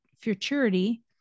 futurity